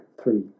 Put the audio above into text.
three